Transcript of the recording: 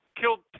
killed